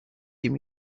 give